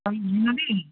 Mina দি